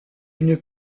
une